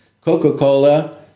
Coca-Cola